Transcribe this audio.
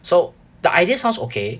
so the idea sounds okay